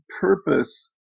purpose